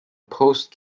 post